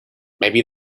maybe